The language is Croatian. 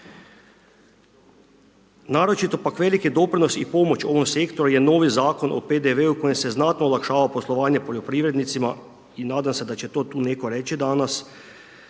Naročito, pak veliki doprinos ovom sektoru je novi Zakon o PDV-u kojim se znatno olakšava poslovanje poljoprivrednicima i nadam se da će to tu netko reći danas.